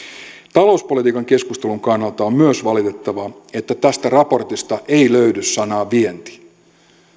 talouspolitiikan keskustelun kannalta on myös valitettavaa että tästä raportista ei löydy sanaa vienti